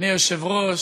אדוני היושב-ראש,